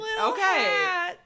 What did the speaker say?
Okay